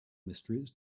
mysteries